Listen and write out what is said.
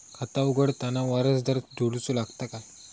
खाता उघडताना वारसदार जोडूचो लागता काय?